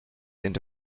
into